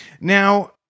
Now